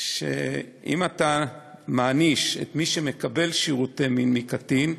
שאם אתה מעניש את מי שמקבל שירותי מין מקטין,